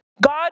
God